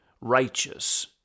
righteous